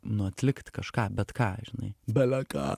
nu atlikti kažką bet ką žinai beleką